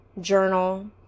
journal